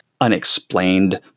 unexplained